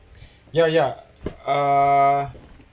ya ya uh